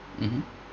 mmhmm